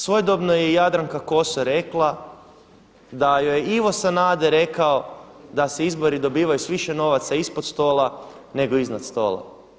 Svojedobno je i Jadranka Kosor rekla da joj je Ivo Sanader rekao da se izbori dobivaju sa više novaca ispod stola, nego iznad stola.